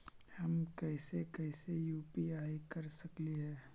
हम कैसे कैसे यु.पी.आई कर सकली हे?